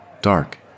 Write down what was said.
dark